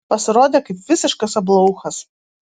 pasirodė kaip visiškas ablaūchas